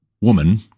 woman